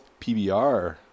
PBR